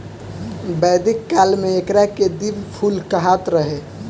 वैदिक काल में एकरा के दिव्य फूल कहात रहे